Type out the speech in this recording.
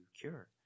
cure